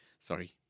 Sorry